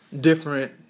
different